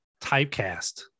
typecast